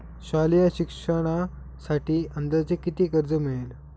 शालेय शिक्षणासाठी अंदाजे किती कर्ज मिळेल?